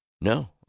no